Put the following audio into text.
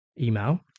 email